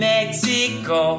Mexico